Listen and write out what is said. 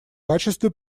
качестве